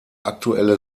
aktuelle